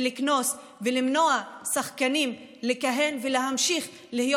לקנוס ולמנוע משחקנים לכהן ולהמשיך להיות